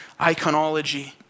iconology